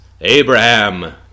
Abraham